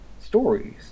stories